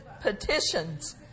petitions